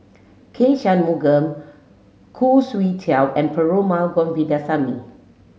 K Shanmugam Khoo Swee Chiow and Perumal Govindaswamy